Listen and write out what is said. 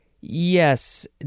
Yes